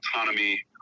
autonomy